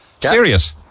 serious